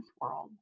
world